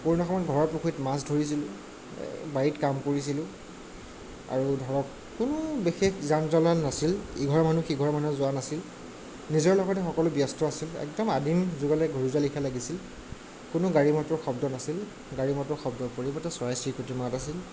corona সময়ত ঘৰৰ পুখুৰীত মাছ ধৰিছিলো বাৰীত কাম কৰিছিলো আৰু ধৰক কোনো বিশেষ যান জলা নাছিল ইঘৰ মানুহ সিঘৰ মানুহ যোৱা নাছিল নিজৰ লগতে সকলো ব্যস্ত আছিল একদম আদিম যুগলৈ ঘূৰি যোৱা লেখিয়া লাগিছিল কোনো গাড়ী মটৰৰ শব্দ নাছিল গাড়ী মটৰৰ শব্দৰ পৰিৱৰ্তে চৰাই চিৰিকতিৰ মাত আছিল